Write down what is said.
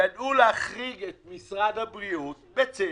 ידעו להחריג את משרד הבריאות, בצדק,